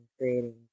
creating